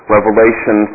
Revelation